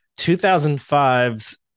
2005's